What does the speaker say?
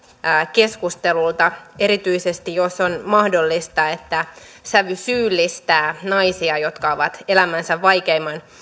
keskustelusta erityisesti jos on mahdollista että sävy syyllistää naisia jotka ovat elämänsä vaikeimman